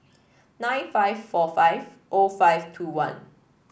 nine five four five O five two one